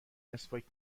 مسواک